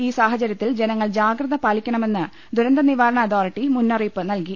ഈ സാഹചര്യത്തിൽ ജനങ്ങൾ ജാഗ്രത പാലിക്കണമെന്ന് ദുരന്ത നിവാരണ അതോറിറ്റി മുന്നറിയിപ്പ് നൽകി